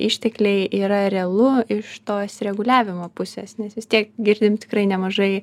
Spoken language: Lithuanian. ištekliai yra realu iš tos reguliavimo pusės nes vis tiek girdim tikrai nemažai